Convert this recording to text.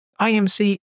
IMC